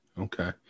Okay